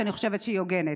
אני חושבת שהיא הוגנת.